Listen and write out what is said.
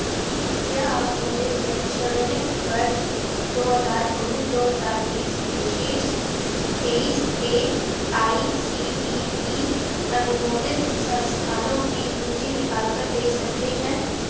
क्या आप मुझे शैक्षणिक वर्ष दो हज़ार उन्नीस दो हज़ार बीस में शीर्ष तेईस A I C T E अनुमोदित संस्थानों की सूची निकाल कर दे सकते हैं